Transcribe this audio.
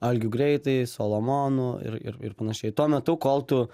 algiu greitai solomonu ir ir ir panašiai tuo metu kol tu